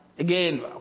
Again